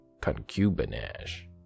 concubinage